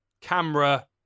camera